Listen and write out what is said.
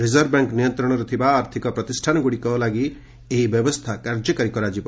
reserve Bank ନିୟନ୍ତ୍ରଣରେ ଥିବା ଆର୍ଥକ ପ୍ରତିଷ୍ଠାନଗୁଡ଼ିକ ଲାଗି ଏହି ବ୍ୟବସ୍ଥା କାର୍ଯ୍ୟକାରୀ କରାଯିବ